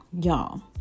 Y'all